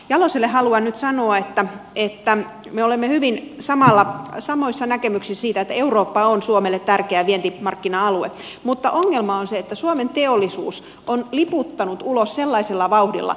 jaloselle haluan nyt sanoa että me olemme hyvin samoissa näkemyksissä siitä että eurooppa on suomelle tärkeä vientimarkkina alue mutta ongelma on se että suomen teollisuus on liputtanut ulos sellaisella vauhdilla